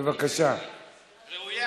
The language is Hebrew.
ראויה.